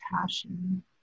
passion